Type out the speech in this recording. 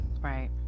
Right